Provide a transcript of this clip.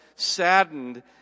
saddened